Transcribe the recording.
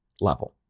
level